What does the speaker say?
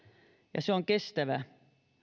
ja se on kestävä